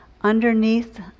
underneath